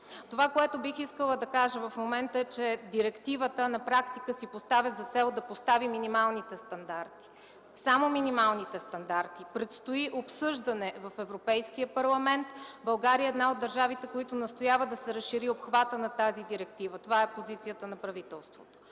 на инициативата. Искам да кажа, че в момента директивата на практика си поставя за цел да постави минималните стандарти, само минималните стандарти. Предстои обсъждане в Европейския парламент. България е една от държавите, които настояват да се разшири обхватът на тази директива. Това е позицията на правителството.